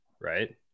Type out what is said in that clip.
right